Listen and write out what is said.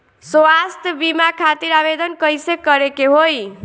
स्वास्थ्य बीमा खातिर आवेदन कइसे करे के होई?